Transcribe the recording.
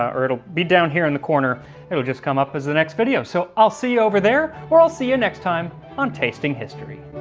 ah or it'll be down here in the corner it'll just come up as the next video so i'll see you over there, or i'll see you next time on tasting history.